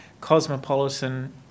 cosmopolitan